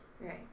Right